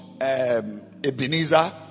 Ebenezer